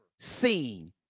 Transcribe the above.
Seen